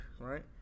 right